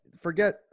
Forget